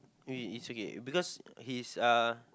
it it's okay because he's a